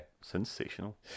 sensational